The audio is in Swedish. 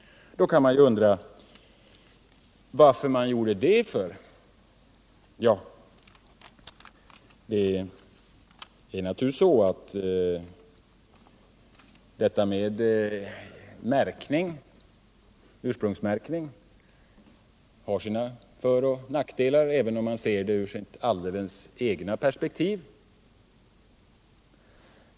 Man kan undra varför den har gjort det. Ja, ursprungsmärkning har naturligtvis sina föroch nackdelar, även om man ser det helt ur egna perspektiv.